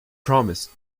promise